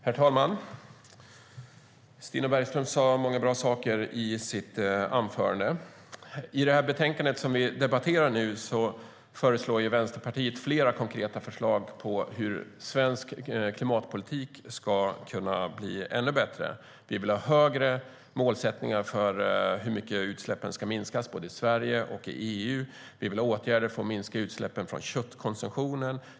Herr talman! Stina Bergström sa många bra saker i sitt anförande. I det betänkande som vi debatterar har Vänsterpartiet flera konkreta förslag på hur svensk klimatpolitik ska kunna bli ännu bättre. Vi vill ha högre målsättningar för hur mycket utsläppen ska minskas både i Sverige och i EU. Vi vill ha åtgärder för att minska utsläppen från köttkonsumtionen.